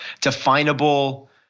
definable